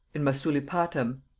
in masulipatam,